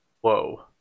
whoa